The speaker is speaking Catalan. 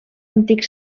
antic